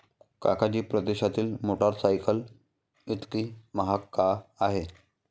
काका जी, परदेशातील मोटरसायकल इतकी महाग का आहे?